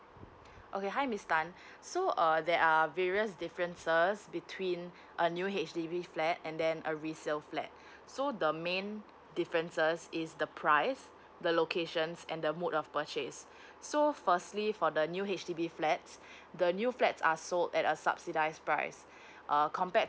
okay hi miss tan so uh there are various differences between a new H_D_B flat and then a resale flat so the main difference is the price the locations and the mode of purchase so firstly for the new H_D_B flats the new flats are sold at a subsidised price err compared